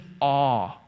awe